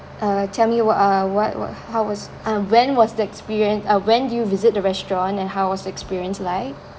uh tell me what uh what what how was um when was the experience uh when did you visit the restaurant and how was experience like